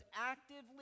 actively